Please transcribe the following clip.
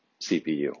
CPU